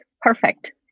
perfect